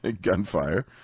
gunfire